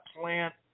Plant